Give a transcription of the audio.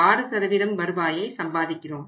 6 சதவீதம் வருவாயை சம்பாதிக்கிறோம்